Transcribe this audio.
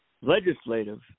legislative